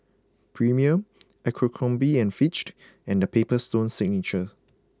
Premier Abercrombie and Fitch and The Paper Stone Signature